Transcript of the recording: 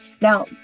Now